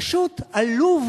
פשוט עלוב.